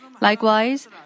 Likewise